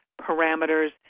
parameters